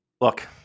look